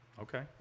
Okay